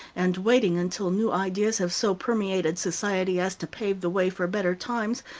and waiting until new ideas have so permeated society as to pave the way for better times,